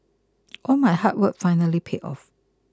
all my hard work finally paid off